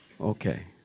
Okay